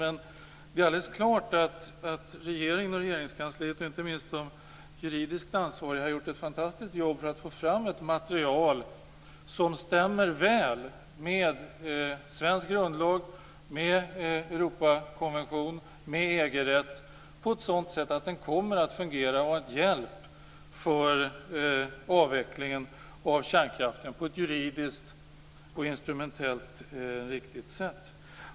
Men det är alldeles klart att regeringen och Regeringskansliet, inte minst de juridiskt ansvariga, har gjort ett fantastiskt jobb för att få fram ett material som stämmer väl med svensk grundlag, med Europakonvention och med EG-rätt på ett sådant sätt att den kommer att fungera. Den kommer att bli en hjälp för avvecklingen av kärnkraften på ett juridiskt och instrumentellt riktigt sätt.